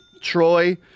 Troy